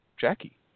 Jackie